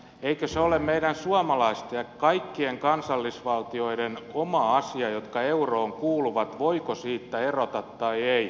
eikö se ole meidän suomalaisten ja kaikkien kansallisvaltioiden jotka euroon kuuluvat oma asia voiko siitä erota vai ei